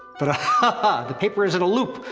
but ah ah the paper is in a loop,